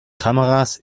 kameras